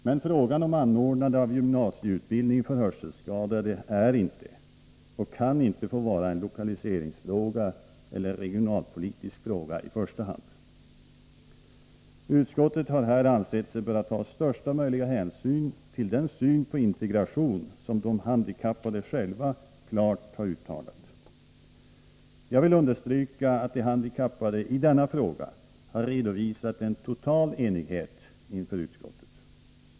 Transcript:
Men frågan om anordnandet av gymnasieutbildning för hörselskadade är inte och kan inte få vara en lokaliseringsfråga eller en regionalpolitisk fråga i första hand. Utskottet har här ansett sig böra ta största möjliga hänsyn till den syn på integration som de handikappade själva klart uttalat. Jag vill understryka att de handikappade i denna fråga har redovisat en total enighet inför utskottet.